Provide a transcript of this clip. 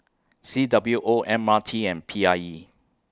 C W O M R T and P I E